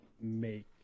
make